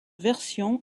versions